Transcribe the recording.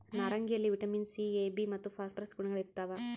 ನಾರಂಗಿಯಲ್ಲಿ vitamin C A B ಮತ್ತು phosphorus ಗುಣಗಳಿರ್ತಾವ